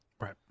Right